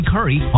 Curry